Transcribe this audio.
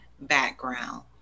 background